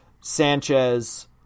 Sanchez